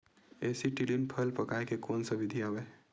Acetylene फल पकाय के कोन सा विधि आवे?